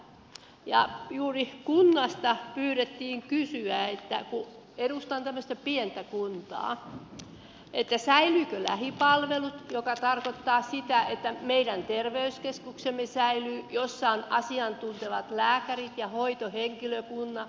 ja juuri kunnasta pyydettiin kysymään kun edustan tämmöistä pientä kuntaa säilyvätkö lähipalvelut mikä tarkoittaa sitä että säilyy meidän terveyskeskuksemme jossa on asiantuntevat lääkärit ja hoitohenkilökunta